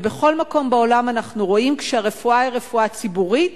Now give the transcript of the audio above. בכל מקום בעולם אנחנו רואים שכשהרפואה היא רפואה ציבורית